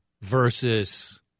versus